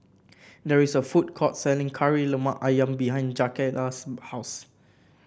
there is a food court selling Kari Lemak ayam behind Jakayla's house